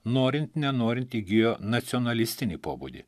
norin nenorint įgijo nacionalistinį pobūdį